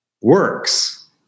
works